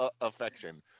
affection